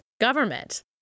government